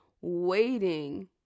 waiting